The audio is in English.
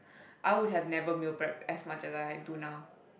I would have neighbor meal prep as much as I had tuna